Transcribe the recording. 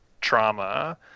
trauma